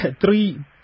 three